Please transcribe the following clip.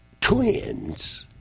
twins